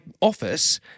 office